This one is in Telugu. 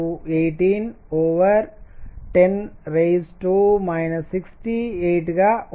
610 7681101810 68గా ఉంటుంది